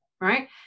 right